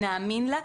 נאמין לה,